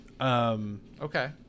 Okay